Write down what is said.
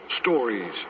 stories